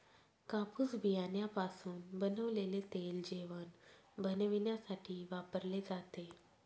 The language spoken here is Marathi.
कापूस बियाण्यापासून बनवलेले तेल जेवण बनविण्यासाठी वापरले जाते